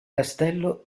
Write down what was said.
castello